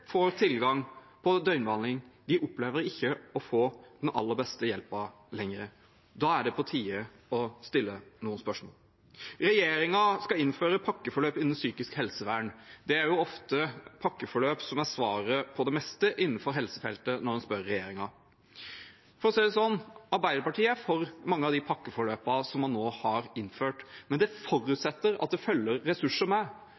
tilgang på døgnbehandling, ikke får den aller beste hjelpen lenger. Da er det på tide å stille noen spørsmål. Regjeringen skal innføre pakkeforløp innen psykisk helsevern. Pakkeforløp er ofte svaret på det meste innenfor helsefeltet når man spør regjeringen. For å si det slik: Arbeiderpartiet er for mange av de pakkeforløpene som man nå har innført, men det forutsetter at det følger ressurser med.